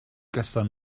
gestern